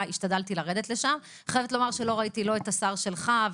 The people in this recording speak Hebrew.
השתדלתי לרדת לשם חייבת לומר שלא ראיתי לא את השר שלך,